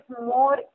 more